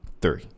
Three